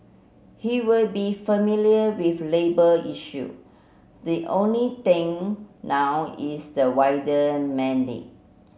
he will be familiar with labour issue the only thing now is the wider mandate